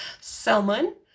salmon